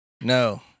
No